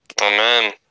Amen